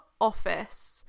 office